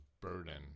burden